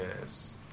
yes